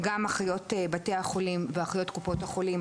גם אחיות בתי החולים ואחיות קופות החולים,